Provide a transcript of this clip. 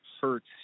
hurts